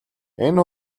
энэ